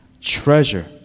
treasure